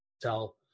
tell